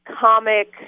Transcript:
comic